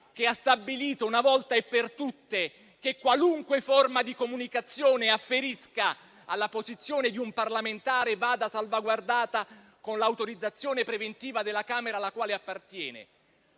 che ha stabilito una volta e per tutte che qualunque forma di comunicazione afferisca alla posizione di un parlamentare vada salvaguardata con l'autorizzazione preventiva della Camera alla quale appartiene)